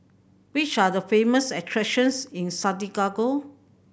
which are the famous attractions in Santiago